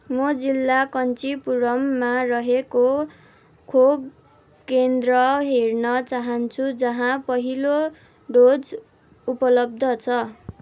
म जिल्ला कञ्चीपुरममा रहेको खोप केन्द्र हेर्न चाहन्छु जहाँ पहिलो डोज उपलब्ध छ